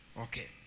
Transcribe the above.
Okay